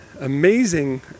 amazing